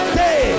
day